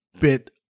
bit